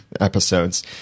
episodes